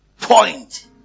point